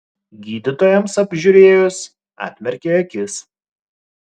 gydytojams apžiūrėjus atmerkė akis